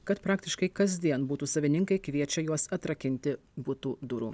kad praktiškai kasdien butų savininkai kviečia juos atrakinti butų durų